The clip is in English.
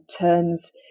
turns